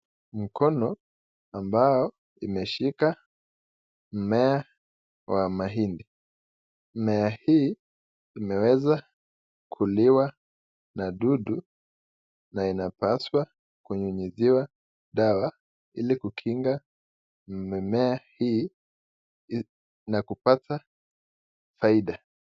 Mkono ambayo imeshika mmea wa mahindi, Mmea ii imeweza kuliwa na dudu na inabaswa kunyunyishiwa dawa ili kukinga mimea hii na kupata faida.